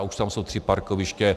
Už tam jsou tři parkoviště.